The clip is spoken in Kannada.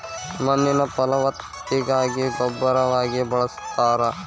ಮಣ್ಣಿನ ಫಲವತ್ತತೆಗಾಗಿ ಗೊಬ್ಬರವಾಗಿ ಬಳಸ್ತಾರ